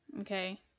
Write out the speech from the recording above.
okay